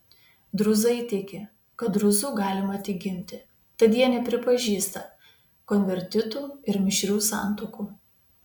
drūzai tiki kad drūzu galima tik gimti tad jie nepripažįsta konvertitų ir mišrių santuokų